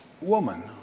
Woman